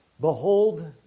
behold